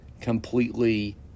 completely